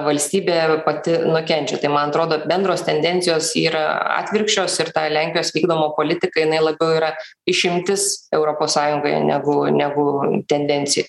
valstybė pati nukenčia tai man atrodo bendros tendencijos yra atvirkščios ir ta lenkijos vykdoma politika jinai labiau yra išimtis europos sąjungoje negu negu tendencija